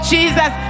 Jesus